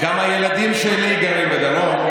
גם הילדים שלי גרים בדרום.